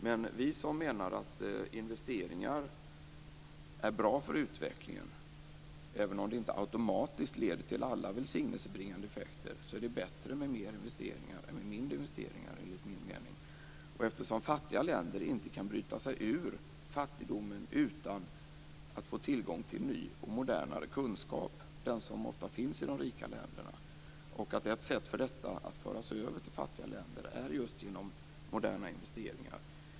Men vi menar att investeringar är bra för utvecklingen, även om de inte automatiskt leder till alla välsignelsebringade effekter. Enligt min mening är det bättre med mer investeringar än med mindre investeringar. Fattiga länder kan inte bryta sig ur fattigdomen utan att få tillgång till ny och modernare kunskap, den som ofta finns i de rika länderna. Ett sätt att föra över detta till fattiga länder är just genom moderna investeringar.